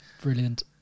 Brilliant